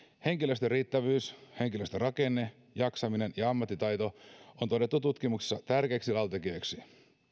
henkilöstön riittävyys henkilöstörakenne jaksaminen ja ammattitaito on todettu tutkimuksissa tärkeiksi laatutekijöiksi